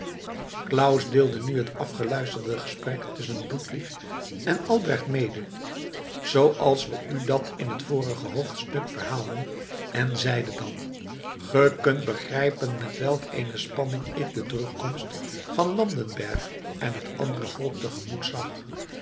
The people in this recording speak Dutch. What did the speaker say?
claus deelde nu het afgeluisterde gesprek tusschen ludwig en albrecht mede zooals we u dat in het vorige hoofdstuk verhaalden en zeide dan ge kunt begrijpen met welk eene spanning ik de terugkomst van landenberg en het andere volk tegemoet zag